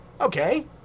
Okay